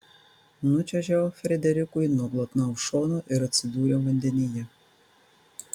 nučiuožiau frederikui nuo glotnaus šono ir atsidūriau vandenyje